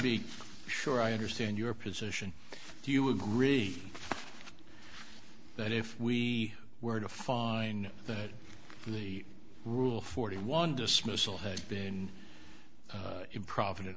be sure i understand your position do you agree that if we were to find that the rule forty one dismissal had been improviden